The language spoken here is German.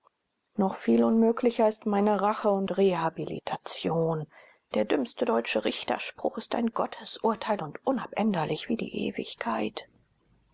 noch viel unmöglicher ist meine rache und rehabilitation der dümmste deutsche richterspruch ist ein gottesurteil und unabänderlich wie die ewigkeit